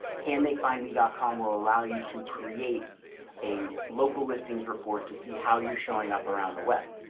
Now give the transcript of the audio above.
can they find me. dot com will allow you to create a local listings report to see how you're showing up around the web.